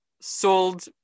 sold